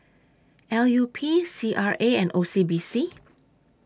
L U P C R A and O C B C